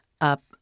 up